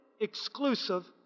exclusive